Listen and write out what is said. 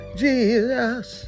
jesus